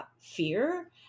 fear